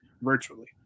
virtually